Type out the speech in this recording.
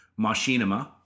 machinima